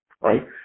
right